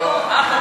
חוק